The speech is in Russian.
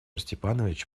степанович